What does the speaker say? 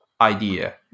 idea